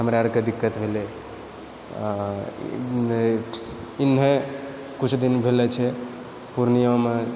हमरा आके दिक्कत भेलै तऽ किछु दिन भेलो छै पूर्णियामे